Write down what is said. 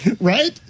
Right